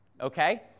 okay